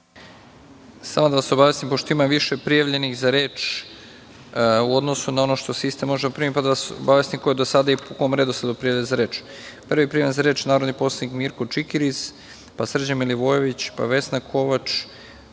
Samo da vas obavestim, pošto ima više prijavljenih za reč u odnosu na ono što sistem može da primi, ko je do sada i po kom redosledu prijavljen za reč. Prvi prijavljeni za reč je narodni poslanik Mirko Čikiriz, pa Srđan Milivojević, pa Vesna Kovač,